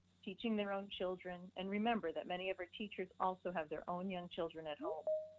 teaching their own children, and remember that many of our teachers also have their own young children at home.